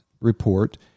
report